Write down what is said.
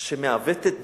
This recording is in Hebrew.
שמעוותת דין?